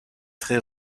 très